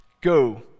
Go